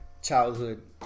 Childhood